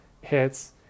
hits